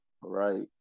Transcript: Right